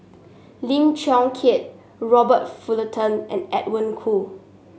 Lim Chong Keat Robert Fullerton and Edwin Koo